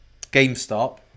GameStop